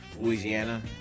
Louisiana